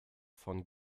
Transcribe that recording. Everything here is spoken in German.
von